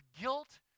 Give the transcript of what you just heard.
guilt